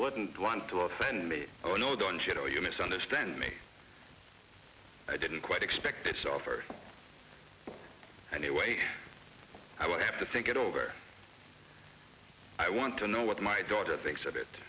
wouldn't want to offend me oh no don't you know you misunderstand me i didn't quite expect this offer anyway i want to think it over i want to know what my daughter thinks of it